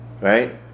Right